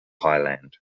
highland